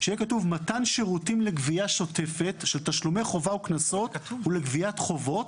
"מתן שירותים לגבייה שוטפת של תשלומי חובה וקנסות ולגביית חובות,